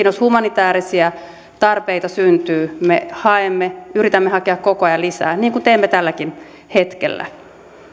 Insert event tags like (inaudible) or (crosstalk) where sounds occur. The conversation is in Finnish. (unintelligible) jos humanitäärisia tarpeita syntyy me yritämme hakea koko ajan lisää niin kuin teemme tälläkin hetkellä